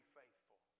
faithful